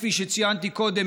כפי שציינתי קודם,